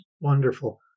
Wonderful